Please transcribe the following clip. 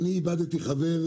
אז אני איבדתי חבר,